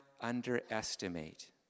underestimate